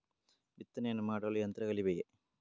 ಬಿತ್ತನೆಯನ್ನು ಮಾಡಲು ಯಂತ್ರಗಳಿವೆಯೇ?